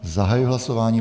Zahajuji hlasování.